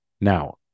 Now